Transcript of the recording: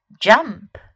jump